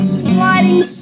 sliding